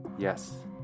Yes